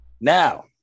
now